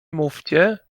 mówcie